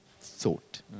thought